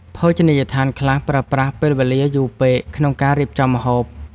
ភោជនីយដ្ឋានខ្លះប្រើប្រាស់ពេលវេលាយូរពេកក្នុងការរៀបចំម្ហូប។